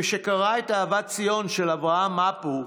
כשקרא את "אהבת ציון" של אברהם מאפו,